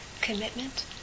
commitment